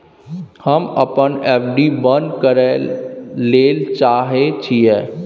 हम अपन एफ.डी बंद करय ले चाहय छियै